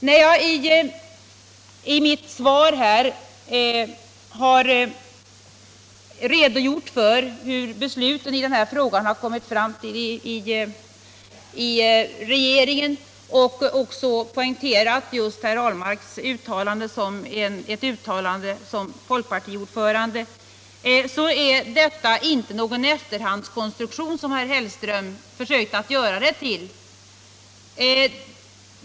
När jag i mitt svar redogör för hur vi i regeringen har kommit fram till beslutet i den här frågan och också poängterar att herr Ahlmarks uttalande var ett uttalande i hans egenskap av folkpartiordförande, så är detta inte någon efterhandskonstruktion som herr Hellström försökte göra det till.